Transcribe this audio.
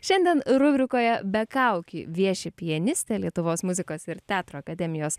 šiandien rubrikoje be kaukių vieši pianistė lietuvos muzikos ir teatro akademijos